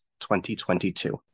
2022